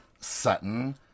Sutton